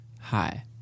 hi